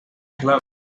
club